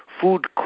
food